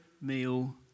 meal